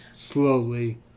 Slowly